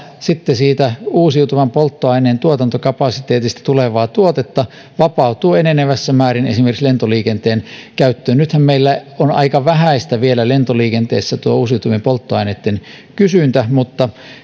sitten siitä uusiutuvan polttoaineen tuotantokapasiteetista tulevaa tuotetta vapautuu enenevässä määrin esimerkiksi lentoliikenteen käyttöön nythän meillä on aika vähäistä vielä lentoliikenteessä uusiutuvien polttoaineitten kysyntä mutta